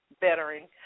bettering